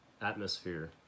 atmosphere